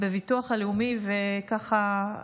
בביטוח הלאומי, וככה,